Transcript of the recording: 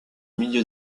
milieu